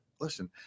Listen